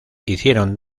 hicieron